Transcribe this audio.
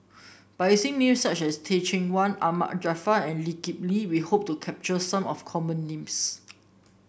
by using names such as Teh Cheang Wan Ahmad Jaafar and Lee Kip Lee we hope to capture some of the common names